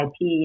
IP